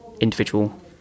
individual